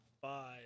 five